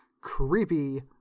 creepy